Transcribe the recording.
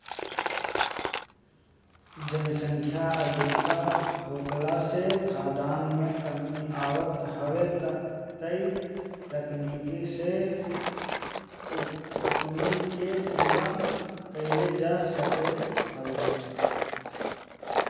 जनसंख्या अधिका होखला से खाद्यान में कमी आवत हवे त इ तकनीकी से उ कमी के पूरा कईल जा सकत हवे